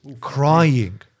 crying